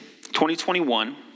2021